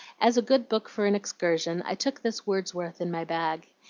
as a good book for an excursion, i took this wordsworth in my bag.